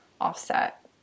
offset